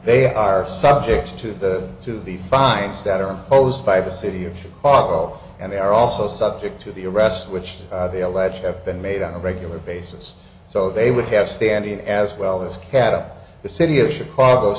they are subject to the to the fines that are imposed by the city of chicago and they are also subject to the arrest which they allege have been made on a regular basis so they would have standing as well as cat up the city of chicago